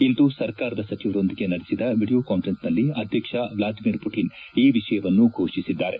ಇಂದು ಸರ್ಕಾರದ ಸಚಿವರೊಂದಿಗೆ ನಡೆಸಿದ ವಿಡಿಯೋ ಕಾನ್ಪರೆನ್ಸ್ ನಲ್ಲಿ ಅಧ್ಯಕ್ಷ ವ್ಲಾದಿಮಿರ್ ಪುಟಿನ್ ಈ ವಿಷಯವನ್ನು ಘೋಷಿಸಿದ್ದಾರೆ